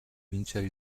vincere